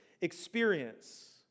experience